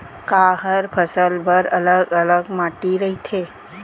का हर फसल बर अलग अलग माटी रहिथे?